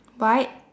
white